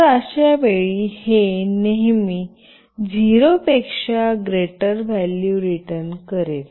तर अशावेळी हे नेहमी 0 पेक्षा ग्रँटर व्हॅल्यू रिटन करेल